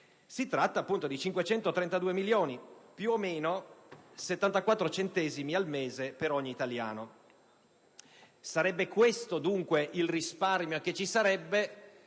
si tratta appunto di 532 milioni, più o meno 74 centesimi al mese per ogni italiano. Sarebbe questo, dunque, il risparmio che si realizzerebbe